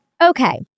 Okay